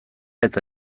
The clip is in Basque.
eta